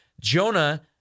Jonah